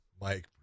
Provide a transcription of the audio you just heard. Mike